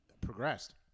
progressed